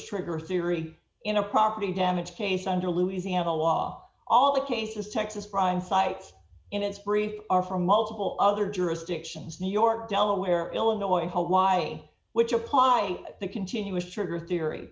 trigger theory in a property damage case under louisiana law all the cases texas brian cites in its brief are from multiple other jurisdictions new york delaware illinois hawaii which apply the continuous sugar theory